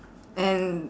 and